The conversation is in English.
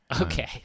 Okay